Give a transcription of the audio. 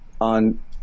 on